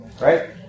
right